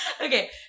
Okay